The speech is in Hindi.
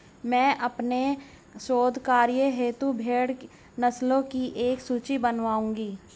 मैं अपने शोध कार्य हेतु भेड़ नस्लों की एक सूची बनाऊंगी